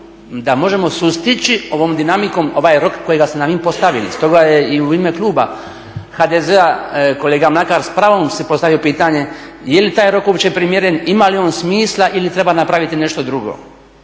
da možemo sustići ovom dinamikom ovaj rok kojega ste nam vi postavili. Stoga je i u ime kluba HDZ-a kolega Mlakar s pravom si postavio pitanje je li taj rok uopće primjeren, ima li on smisla ili treba napraviti nešto drugo